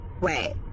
Wait